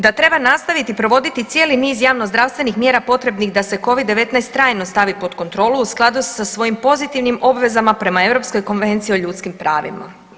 Da treba nastaviti provoditi cijeli niz javnozdravstvenih mjera potrebnih da se Covid-19 trajno stavi pod kontrolu u skladu sa svojim pozitivnim obvezama prema Europskoj konvenciji o ljudskim pravima.